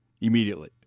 immediately